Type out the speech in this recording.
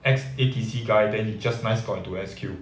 ex A_T_C guy then he just nice got into S_Q